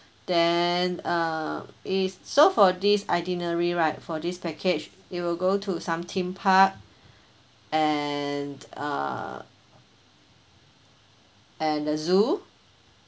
then uh it's so for this itinerary right for this package it will go to some theme park and uh and the zoo